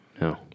No